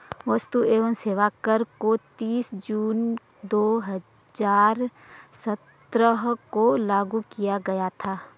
वस्तु एवं सेवा कर को तीस जून दो हजार सत्रह को लागू किया गया था